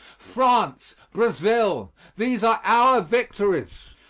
france, brazil these are our victories.